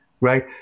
right